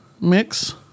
mix